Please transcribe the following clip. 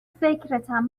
فکرتم